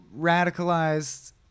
radicalized